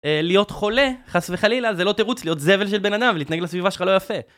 להיות חולה, חס וחלילה, זה לא תירוץ להיות זבל של בנאדם ולהתנהג לסביבה שלך לא יפה.